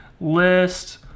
list